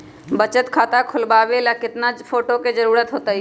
बचत खाता खोलबाबे ला केतना फोटो के जरूरत होतई?